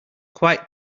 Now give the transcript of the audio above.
quite